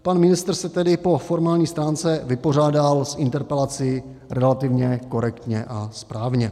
Pan ministr se tedy po formální stránce vypořádal s interpelací relativně korektně a správně.